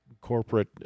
corporate